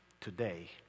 today